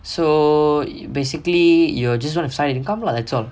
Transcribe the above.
so basically you you're just want a side income lah that's all